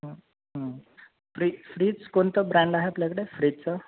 हं हं free fridge कोणतं ब्रँड आहे आपल्याकडे फ्रीजचं